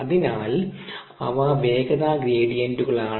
അതിനാൽ അവ വേഗത ഗ്രേഡിയന്റുകളാണ്